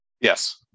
Yes